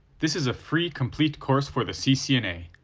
this is a free, complete course for the ccna.